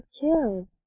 killed